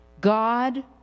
God